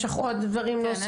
יש לך עוד דברים להוסיף?